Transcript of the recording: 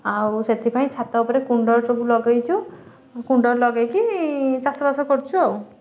ଆଉ ସେଥିପାଇଁ ଛାତ ଉପରେ କୁଣ୍ଡରେ ସବୁ ଲଗାଇଛୁ କୁଣ୍ଡରେ ଲଗାଇକି ଚାଷବାସ କରୁଛୁ ଆଉ